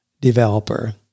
developer